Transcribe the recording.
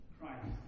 Christ